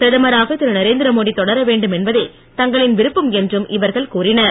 பிரதமராக திருநரேந்திர மோடி தொடர வேண்டுமென்பதே தங்களின் விருப்பம் என்றும் இவர்கள் கூறினர்